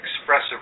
expressive